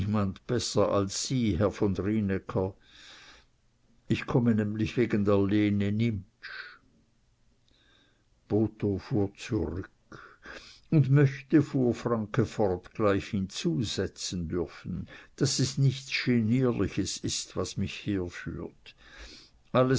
besser als sie herr von rienäcker ich komme nämlich wegen der lene nimptsch botho fuhr zurück und möchte fuhr franke fort gleich hinzusetzen dürfen daß es nichts genierliches ist was mich herführt